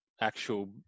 actual